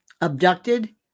abducted